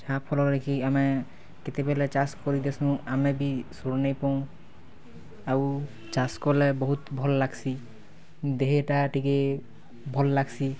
ଯାହାଫଲରେ କି ଆମେ କେତେବେଲେ ଚାଷ କରି ଦେସୁଁ ଆମେ ବି ଶୁଣି ପାଉଁ ଆଉ ଚାଷ୍ କଲେ ବହୁତ ଭଲ ଲାଗସି ଦେହେଟା ଟିକେ ଭଲ୍ ଲାଗସି